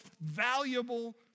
valuable